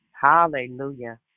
Hallelujah